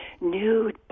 nude